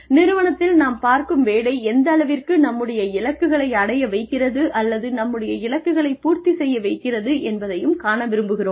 நிறுவனத்தில் நாம் பார்க்கும் வேலை எந்தளவிற்கு நம்முடைய இலக்குகளை அடைய வைக்கிறது அல்லது நம்முடைய இலக்குகளைப் பூர்த்தி செய்ய வைக்கிறது என்பதையும் காண விரும்புகிறோம்